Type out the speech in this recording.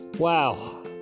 Wow